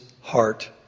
heart